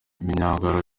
imyigaragambyo